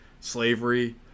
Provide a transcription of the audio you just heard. slavery